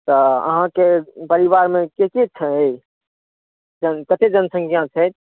तऽ अहाॅंके परिवारमे के के छै तऽ कते जनसँख्या छै